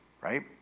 right